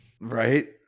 Right